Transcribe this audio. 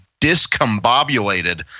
discombobulated